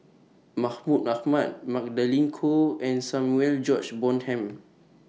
Mahmud Ahmad Magdalene Khoo and Samuel George Bonham